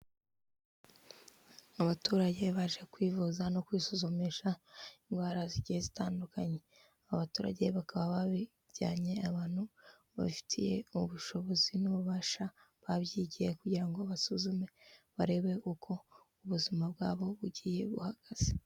Abaturage baje kwivuza no kwisuzumisha, indwara z'igihe zitandukanye. Abaturage bakaba babijyanye abantu babifitiye ubushobozi n'ububasha babyigiye, kugira ngo basuzume barebe uko ubuzima bwabo bugiye buhagaze.